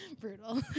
Brutal